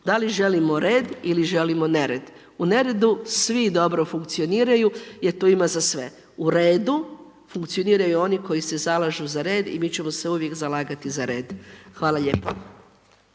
da li želimo red ili želimo nered. U neredu svi dobro funkcioniraju jer tu ima za sve. U redu funkcioniraju oni koji se zalažu za red i mi ćemo se uvijek zalagati za red. Hvala lijepo.